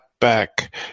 back